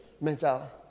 mental